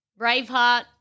Braveheart